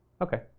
Okay